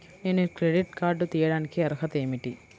నేను credit card తీయడానికి అర్హత ఏమిటి?